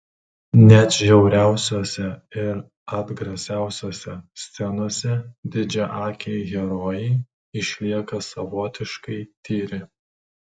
net žiauriausiose ir atgrasiausiose scenose didžiaakiai herojai išlieka savotiškai tyri